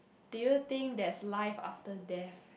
do you think there's life after death